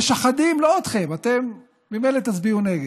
משחדים, לא אתכם, אתם ממילא תצביעו נגד,